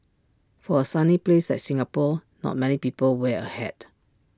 for A sunny place like Singapore not many people wear A hat